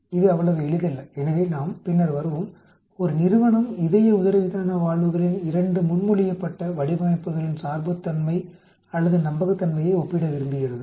இது அவ்வளவு எளிதல்ல எனவே நாம் பின்னர் வருவோம் ஒரு நிறுவனம் இதய உதரவிதான வால்வுகளின் 2 முன்மொழியப்பட்ட வடிவமைப்புகளின் சார்புத்தன்மை அல்லது நம்பகத்தன்மையை ஒப்பிட விரும்புகிறது